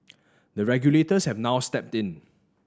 the regulators have now stepped in